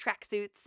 tracksuits